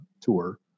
tour